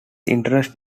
interest